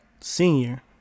senior